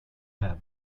have